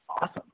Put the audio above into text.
awesome